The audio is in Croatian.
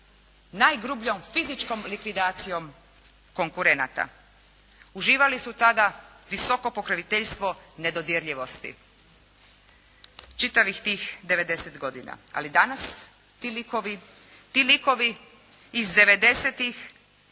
najgrubljom fizičkom likvidacijom konkurenata. Uživali su tada visoko pokroviteljstvo nedodirljivosti, čitavih tih 90 godina. Ali danas ti likovi, ti